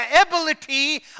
ability